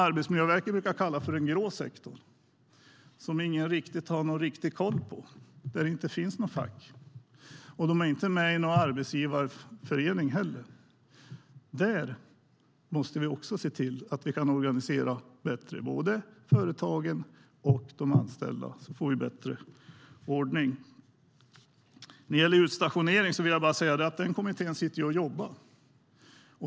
Arbetsmiljöverket brukar kalla detta för den grå sektorn, som ingen har någon riktig koll på. Där finns inget fack, och de är inte med i några arbetsgivarföreningar. Där måste vi se till att vi kan organisera bättre, både företagen och de anställda. Då får vi bättre ordning. När det gäller utstationering sitter den kommittén och jobbar.